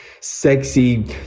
sexy